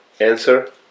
answer